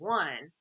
one